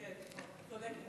כן, נכון, צודקת.